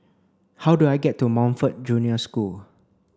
how do I get to Montfort Junior School